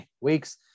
weeks